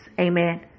amen